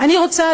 אני רוצה,